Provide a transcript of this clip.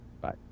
Bye